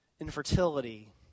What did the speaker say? Infertility